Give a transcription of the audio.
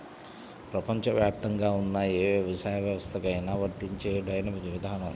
ప్రపంచవ్యాప్తంగా ఉన్న ఏ వ్యవసాయ వ్యవస్థకైనా వర్తించే డైనమిక్ విధానం